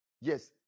Yes